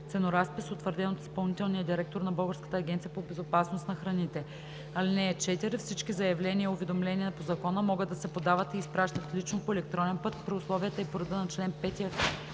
ценоразпис, утвърден от изпълнителния директор на Българската агенция по безопасност на храните. (4) Всички заявления и уведомления по закона могат да се подават и изпращат лично, по електронен път при условията и по реда на чл. 5